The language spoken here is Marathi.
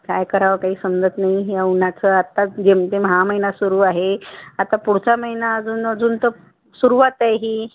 काय करावं काही समजत नाही ह्या उन्हाचं आत्ता जेमतेम हा महिना सुरू आहे आता पुढचा महिना अजून अजून तर सुरुवात आहे ही